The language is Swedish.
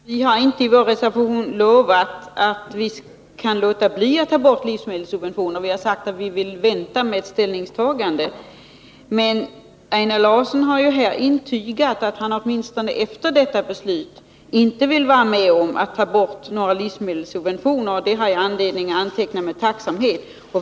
Herr talman! Vi har inte i vår reservation lovat att man kan låta bli att ta bort livsmedelssubventioner. Vi har sagt att vi vill vänta med ställningstagande. Einar Larsson har här intygat att han åtminstone efter detta beslut inte vill vara med om att ta bort några livsmedelssubventioner, och det har jag anledning att anteckna med tacksamhét.